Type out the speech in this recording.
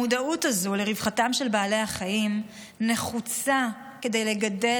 המודעות הזו לרווחתם של בעלי החיים נחוצה כדי לגדל